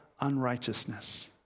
unrighteousness